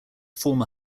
former